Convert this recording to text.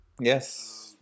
Yes